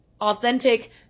authentic